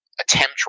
attempt